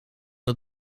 het